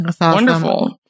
Wonderful